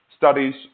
studies